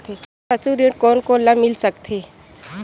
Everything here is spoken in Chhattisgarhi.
पशु ऋण कोन कोन ल मिल सकथे?